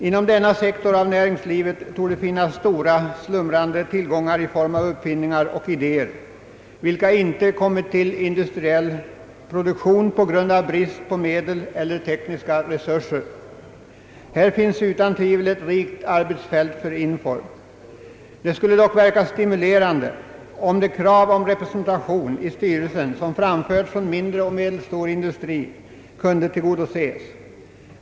Inom denna sektor av näringslivet torde finnas stora slumrande tillgångar i form av uppfinningar och idéer, vilka inte kommit till industriell produktion på grund av brist på medel eller tekniska resurser. Här finns utan tvivel ett rikt arbetsfält för INFOR. Det skulle dock verka stimulerande, om det krav på representation i styrelsen som framförts från mindre och medelstor industri kunde tillgodoses.